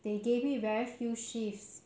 they gave me very few shifts